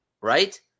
right